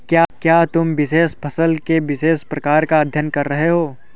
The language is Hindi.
क्या तुम विशेष फसल के विशेष प्रकार का अध्ययन कर रहे हो?